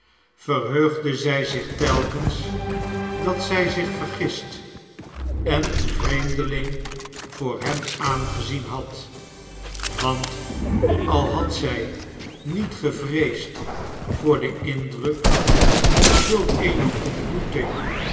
verheugde zij zich telkens dat zij zich vergist en een vreemdeling voor hem aangezien had want al had zij niet gevreesd voor den indruk dien zulk eene ontmoeting